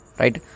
right